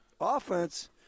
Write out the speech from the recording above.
offense